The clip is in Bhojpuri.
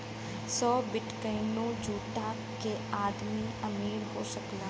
सौ बिट्काइनो जुटा के आदमी अमीर हो सकला